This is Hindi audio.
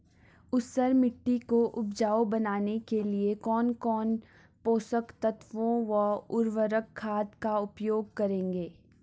ऊसर मिट्टी को उपजाऊ बनाने के लिए कौन कौन पोषक तत्वों व उर्वरक खाद का उपयोग करेंगे?